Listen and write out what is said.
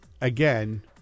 Again